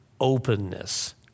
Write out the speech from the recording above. openness